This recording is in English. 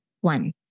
One